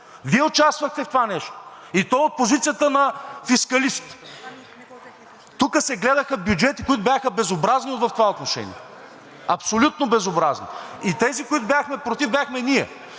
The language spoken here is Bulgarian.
Вие участвахте в това нещо, и то от позицията на фискалист. Тук се гледаха бюджети, които бяха безобразни в това отношение, абсолютно безобразни, и тези, които бяхме против, бяхме ние.